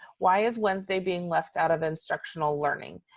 why is wednesday being left out of instructional learning?